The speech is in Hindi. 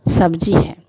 सब्ज़ी है